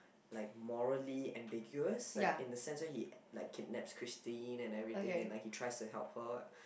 like morally ambiguous like in a sense where he like kidnaps Christine and everything and like he tries to help her